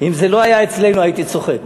אם זה לא היה אצלנו הייתי צוחק.